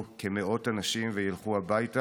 מתחילת החודש הזה קיבלו כ-500 חברות סטרטאפ,